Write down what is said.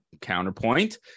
counterpoint